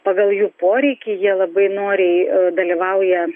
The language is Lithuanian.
pagal jų poreikį jie labai noriai dalyvauja